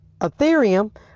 Ethereum